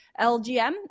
LGM